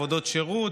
עבודות שירות,